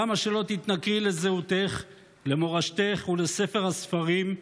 כמה שלא תתנכרי לזהותך, למורשתך ולספר הספרים,